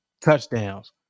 touchdowns